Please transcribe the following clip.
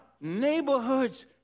neighborhoods